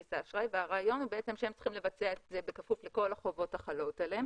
הרעיון הוא שהם צריכים לבצע את זה בכפוף לכל החובות החלות עליהם